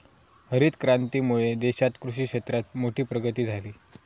हरीत क्रांतीमुळे देशात कृषि क्षेत्रात मोठी प्रगती झाली